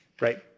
right